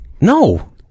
No